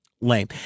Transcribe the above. Lame